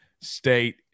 State